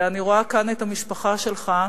ואני רואה כאן את המשפחה שלך,